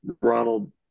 ronald